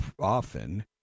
often